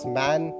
man